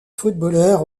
footballeur